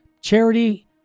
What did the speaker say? charity